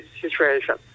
situation